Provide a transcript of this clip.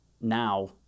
now